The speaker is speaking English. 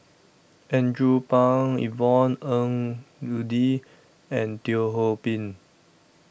Andrew Phang Yvonne Ng Uhde and Teo Ho Pin